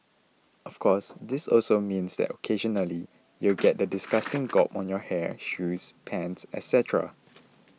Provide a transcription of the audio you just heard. of course this also means that occasionally you'll get that disgusting gob on your hair shoes pants etcetera